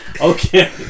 Okay